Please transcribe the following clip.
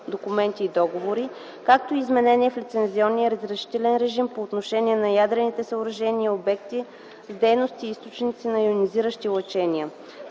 документи и договори, както и изменения в лицензионния и разрешителен режим по отношение на ядрените съоръжения и обектите с дейности и източници на йонизиращи лъчения.